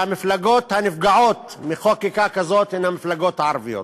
שהמפלגות שנפגעות מחקיקה כזאת הן המפלגות הערביות.